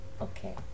Okay